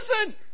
listen